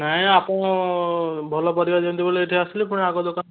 ନାହିଁ ନାହିଁ ଆପଣ ଭଲ ପରିବା ଦିଅନ୍ତି ବୋଲି ଏଠି ଆସିଲି ପୁଣି ଆଗ ଦୋକା